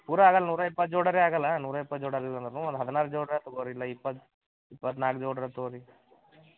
ಪೂರಾ ಆಗಲ್ಲ ನೂರ ಇಪ್ಪತ್ತು ಜೋಡರೆ ಆಗಲ್ಲ ನೂರ ಇಪ್ಪತ್ತು ಜೋಡಿ ಆಗಲಿಲ್ಲ ಅಂದರ್ನೂ ಒಂದು ಹದಿನಾರು ಜೋಡರ ತೊಗೊಳ್ರೀ ಇಲ್ಲ ಇಪ್ಪತ್ತು ಇಪ್ಪತ್ತ್ನಾಲ್ಕು ಜೋಡರ ತೊಗೊಳ್ರಿ